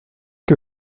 que